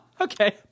Okay